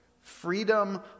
Freedom